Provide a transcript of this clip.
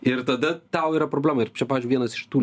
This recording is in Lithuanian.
ir tada tau yra problema ir čia pavyzdžiui vienas iš tų